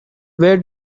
where